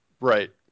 Right